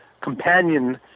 companion